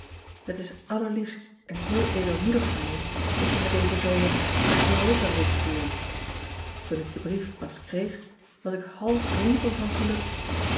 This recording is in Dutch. et is allerliefst en heel edelmoedig van je dat je me dezen zomer naar uropa wilt sturen oen ik je brief pas kreeg was ik half dronken van geluk